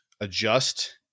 adjust